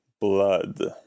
blood